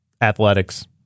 athletics